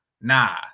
nah